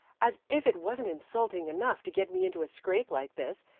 as if it wasn't insulting enough to get me into a scrape like this,